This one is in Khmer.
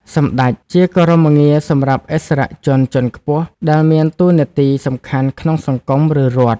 សម្ដេច ជាគោរមងារសម្រាប់ឥស្សរជនជាន់ខ្ពស់ដែលមានតួនាទីសំខាន់ក្នុងសង្គម ឬរដ្ឋ។